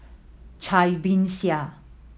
Cai Bixia